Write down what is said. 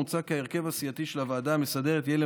מוצע כי ההרכב הסיעתי של הוועדה המסדרת יהיה